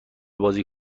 بازی